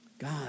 God